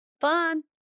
Fun